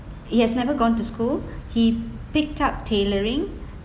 he has never gone to school he picked up tailoring